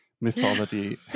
mythology